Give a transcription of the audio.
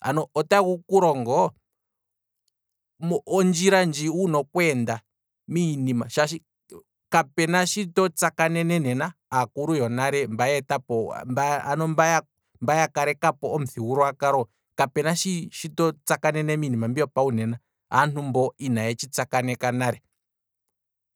Ano otagu kulongo ondjila ndji wuna okweenda miinima, shaashi kapuna shi to tsakanene nena, aakulu yonale mba yeetapo, ano mba ya kalekapo omuthigululwa kalo, kapuna shi to tsakanene nena aantu mboka ina yeshi tsakaneka nale,